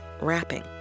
rapping